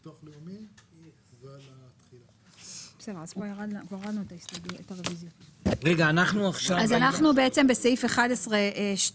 זה ב-30 דיירים מעל גיל 60. אנחנו בסעיף 11(2)